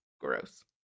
Gross